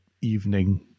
evening